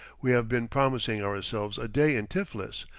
we have been promising ourselves a day in tiflis,